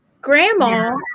Grandma